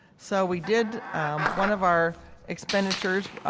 so we did one of our expenditures,